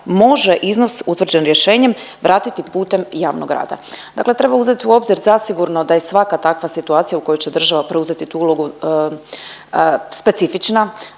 može iznos utvrđen rješenjem vratiti putem javnog rada. Dakle treba uzeti u obzir zasigurno da je svaka takva situacija u kojoj će državi preuzeti tu ulogu specifična,